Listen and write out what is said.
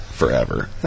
Forever